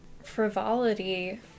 frivolity